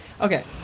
Okay